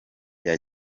rya